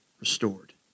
restored